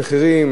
על מים,